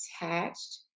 attached